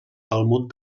talmud